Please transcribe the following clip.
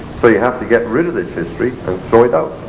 so you have to get rid of this history and throw it out